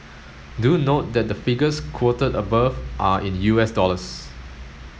do note that the figures quoted above are in U S dollars